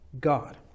God